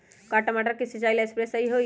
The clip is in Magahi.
का टमाटर के सिचाई ला सप्रे सही होई?